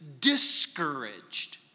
discouraged